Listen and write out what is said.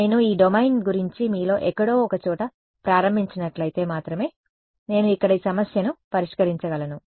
నేను ఈ డొమైన్ గురించి మీలో ఎక్కడో ఒక చోట ప్రారంభించినట్లయితే మాత్రమే నేను ఇక్కడ ఈ సమస్యను పరిష్కరించగలను